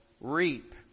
reap